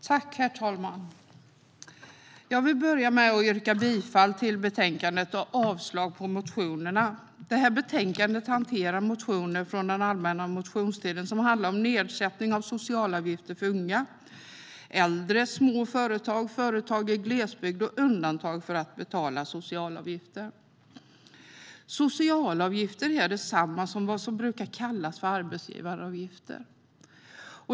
Herr talman! Jag vill börja med att yrka bifall till utskottets förslag i betänkandet och avslag på motionerna. Det här betänkandet hanterar motioner från den allmänna motionstiden, och de handlar om nedsättning av socialavgifter för unga, äldre, små företag, företag i glesbygd och undantag för att betala socialavgifter. Socialavgifter är detsamma som det som brukar kallas för arbetsgivaravgifter.